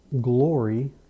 glory